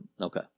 Okay